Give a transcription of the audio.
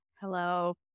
Hello